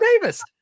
Davis